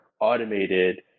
automated